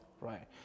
right